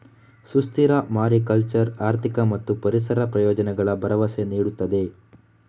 ಸುಸ್ಥಿರ ಮಾರಿಕಲ್ಚರ್ ಆರ್ಥಿಕ ಮತ್ತು ಪರಿಸರ ಪ್ರಯೋಜನಗಳ ಭರವಸೆ ನೀಡುತ್ತದೆ